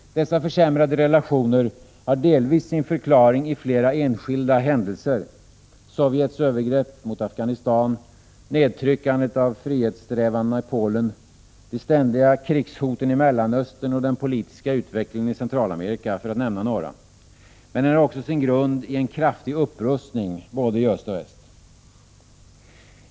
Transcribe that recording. Dessa försämrade relationer har delvis sin förklaring i flera enskilda händelser: Sovjets övergrepp mot Afghanistan, nedtryckandet av frihetssträvandena i Polen, de ständiga krigshoten i Mellanöstern och den politiska utvecklingen i Centralamerika, för att nämna några. Men den har också sin grund i en kraftig upprustning i både öst och väst.